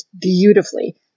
beautifully